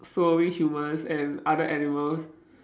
swallowing humans and other animals